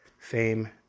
Fame